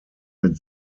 mit